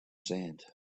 sand